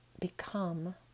become